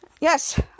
Yes